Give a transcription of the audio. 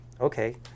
Okay